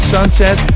Sunset